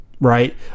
Right